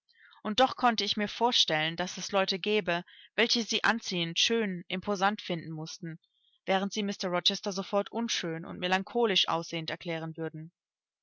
und doch konnte ich mir vorstellen daß es leute gäbe welche sie anziehend schön imposant finden mußten während sie mr rochester sofort unschön und melancholisch aussehend erklären würden